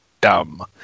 dumb